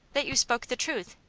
that you spoke the truth.